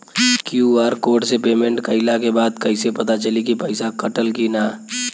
QR code से payment कईला के बाद कईसे पता चली की पैसा कटल की ना?